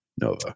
Nova